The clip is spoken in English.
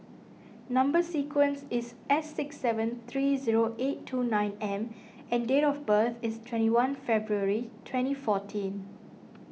Number Sequence is S six seven three zero eight two nine M and date of birth is twenty one February twenty fourteen